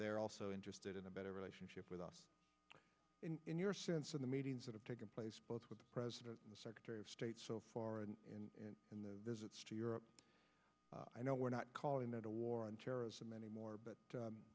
they're also interested in a better relationship with us in your sense in the meetings that have taken place both with the president and secretary of state so far in in the visits to europe i know we're not calling it a war on terrorism anymore but